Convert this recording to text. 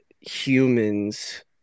humans